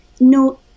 no